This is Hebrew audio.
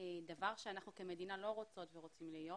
דבר שאנחנו כמדינה לא רוצות ורוצים להיות.